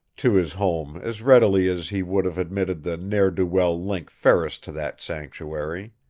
to his home as readily as he would have admitted the ne'er-do-well link ferris to that sanctuary.